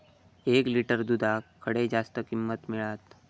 एक लिटर दूधाक खडे जास्त किंमत मिळात?